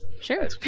Sure